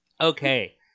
Okay